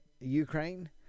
Ukraine